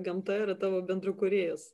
gamta yra tavo bendrakūrėjas